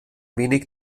wenig